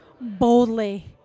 boldly